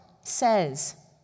says